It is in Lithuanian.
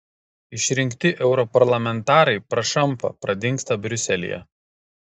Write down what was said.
išrinkti europarlamentarai prašampa pradingsta briuselyje